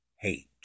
hate